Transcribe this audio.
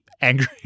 angry